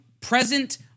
present